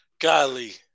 Golly